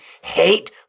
hate